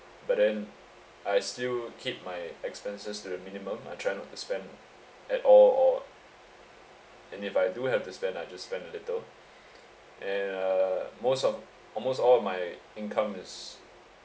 but then I still keep my expenses to the minimum I try not to spend at all or and if I do have to spend I just spend a little and uh most of almost all of my income is